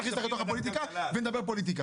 נכניס אותך אל תוך הפוליטיקה ונדבר פוליטיקה.